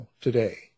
today